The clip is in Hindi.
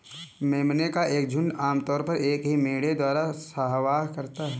मेमने का एक झुंड आम तौर पर एक ही मेढ़े द्वारा सहवास करता है